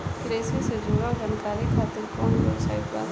कृषि से जुड़ल जानकारी खातिर कोवन वेबसाइट बा?